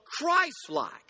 Christ-like